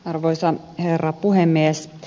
arvoisa herra puhemies